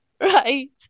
Right